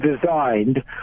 designed